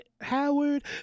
howard